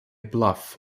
bluff